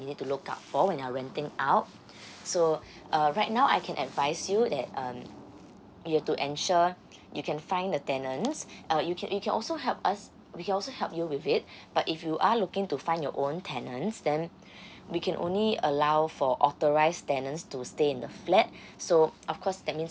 you need to look out for when you are renting out so uh right now I can advice you that um you're to ensure you can find the tenants uh you can you can also help us we can also help you with it but if you are looking to find your own tenants then we can only allow for authorised tenants to stay in the flat so of course that means